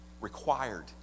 Required